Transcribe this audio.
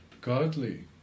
godly